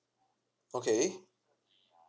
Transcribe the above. okay